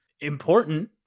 important